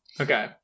okay